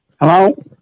Hello